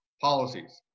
policies